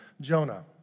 Jonah